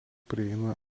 prieina